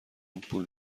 پول